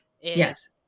Yes